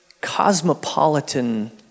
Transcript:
cosmopolitan